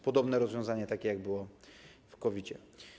Podobne rozwiązanie, takie jak było w COVID-zie.